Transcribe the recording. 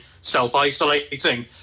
self-isolating